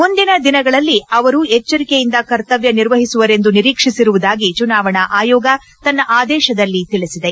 ಮುಂದಿನ ದಿನಗಳಲ್ಲಿ ಅವರು ಎಚ್ವರಿಕೆಯಿಂದ ಕರ್ತವ್ಯ ನಿರ್ವಒಿಸುವರೆಂದು ನಿರೀಕ್ಷಿಸಿರುವುದಾಗಿ ಚುನಾವಣಾ ಆಯೋಗ ತನ್ನ ಅದೇಶದಲ್ಲಿ ತಿಳಿಸಿದೆ